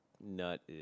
nut